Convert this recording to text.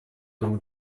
друг